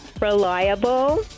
Reliable